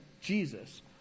Jesus